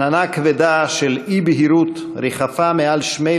עננה כבדה של אי-בהירות ריחפה מעל שמי